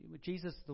Jesus